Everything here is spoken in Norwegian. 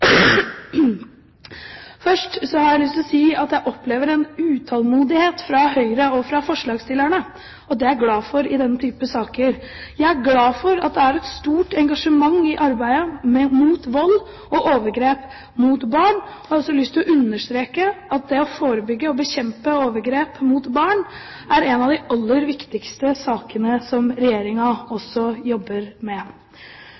Først har jeg lyst til å si at jeg opplever en utålmodighet fra Høyre og fra forslagsstillerne, og det er jeg glad for i denne type saker. Jeg er glad for at det er et stort engasjement i arbeidet mot vold og overgrep mot barn. Jeg har lyst til å understreke at det å forebygge og å bekjempe overgrep mot barn er en av de aller viktigste sakene som Regjeringen også jobber med.